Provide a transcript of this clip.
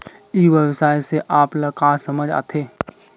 ई व्यवसाय से आप ल का समझ आथे?